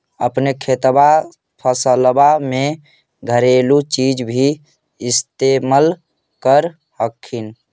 अपने खेतबा फसल्बा मे घरेलू चीज भी इस्तेमल कर हखिन?